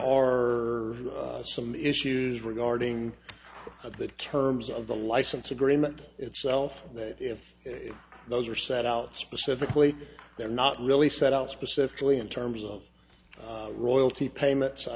are some issues regarding the terms of the license agreement itself that if those are set out specifically they're not really set out specifically in terms of royalty payments i